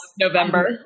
November